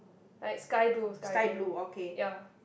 like sky blue sky blue ya